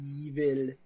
evil